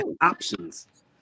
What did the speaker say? options